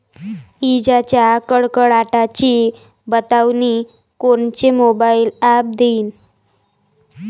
इजाइच्या कडकडाटाची बतावनी कोनचे मोबाईल ॲप देईन?